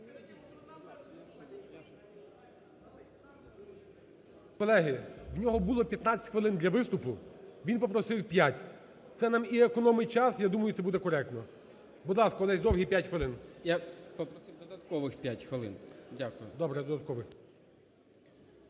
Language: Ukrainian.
Колеги, в нього було 15 хвилин для виступу, він попросив 5. Це нам і економить час, я думаю, це буде коректно. Будь ласка, Олесь Довгий, 5 хвилин. 17:55:15 ДОВГИЙ О.С. Я попросив додаткових